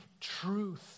truth